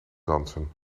dansen